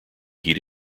heat